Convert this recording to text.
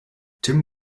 tim